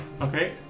Okay